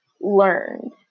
learned